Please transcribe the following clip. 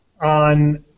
on